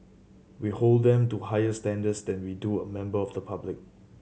we hold them to higher standards than we do a member of public